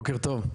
בוקר טוב.